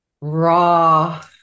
raw